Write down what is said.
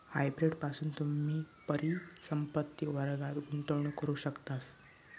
hybrid पासून तुम्ही परिसंपत्ति वर्गात गुंतवणूक करू शकतास